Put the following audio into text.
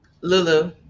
lulu